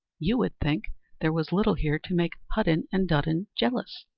you would think there was little here to make hudden and dudden jealous,